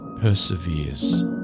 perseveres